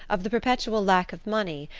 of the perpetual lack of money,